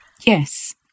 Yes